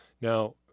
Now